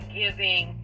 giving